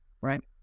right